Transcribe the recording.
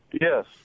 Yes